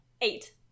Eight